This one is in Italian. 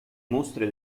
mostre